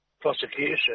prosecution